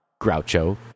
Groucho